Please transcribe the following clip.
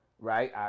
right